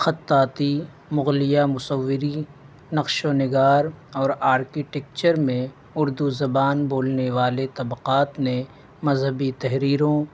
خطاطی مغلیہ مصوری نقش و نگار اور آرکیٹیکچر میں اردو زبان بولنے والے طبقات نے مذہبی تحریروں